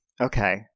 Okay